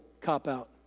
cop-out